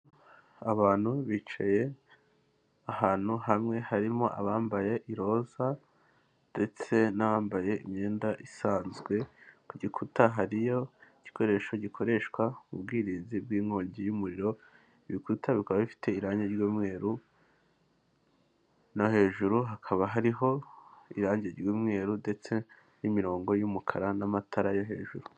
Abantu bicaye ahantu hamwe harimo abambaye iroza ndetse n'abambaye imyenda isanzwe ku gikuta hariyo igikoresho gikoreshwa ubwirinzi bw'inkongi y'umuriro ibikuta bikaba bifite irangi ry'umweru no hejuru hakaba hariho irangi ry'umweru ndetse n'imirongo y'umukara n'amatara yo hejuru.